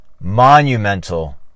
monumental